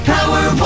Power